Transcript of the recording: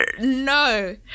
no